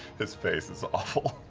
his face is awful.